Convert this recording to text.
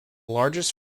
largest